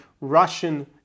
Russian